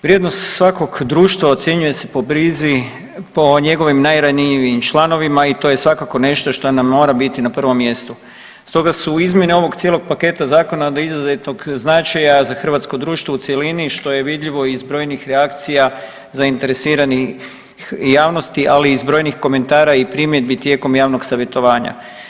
Vrijednost svakog društva ocjenjuje se po brizi, po njegovim najranjivijih članovima i to je svakako nešto što nam mora biti na pravom mjestu, stoga su izmjene ovog cijelog paketa zakona od izuzetnog značaja za hrvatsko društvo u cjelini što je vidljivo iz brojnih reakcija zainteresiranih javnosti, ali iz brojnih komentara i primjedbi tijekom javnog savjetovanja.